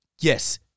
yes